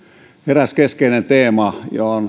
eräs keskeinen teema